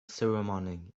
ceremony